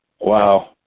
Wow